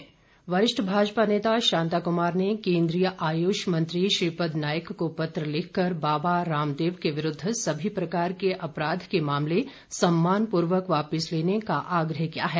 शांता कुमार वरिष्ठ भाजपा नेता शान्ता कुमार ने केन्द्रीय आयुष मंत्री श्रीपद नायक को पत्र लिखकर बाबा रामेदव के विरूद्व सभी प्रकार के अपराध के मामले सम्मानपूर्वक वापिस लेने का आग्रह किया है